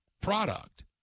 product